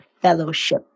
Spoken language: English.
fellowship